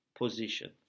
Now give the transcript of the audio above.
position